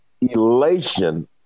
elation